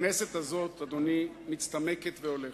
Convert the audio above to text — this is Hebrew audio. הכנסת הזאת, אדוני, מצטמקת והולכת.